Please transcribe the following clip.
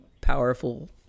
powerful